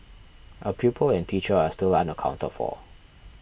a pupil and teacher are still unaccounted for